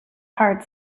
heart